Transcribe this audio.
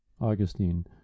augustine